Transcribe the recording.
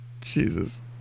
Jesus